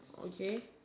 okay